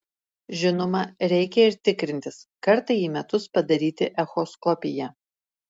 žinoma reikia ir tikrintis kartą į metus padaryti echoskopiją